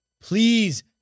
please